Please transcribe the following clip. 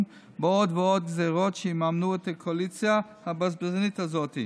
בעוד ועוד גזרות שיממנו את הקואליציה הבזבזנית הזאת,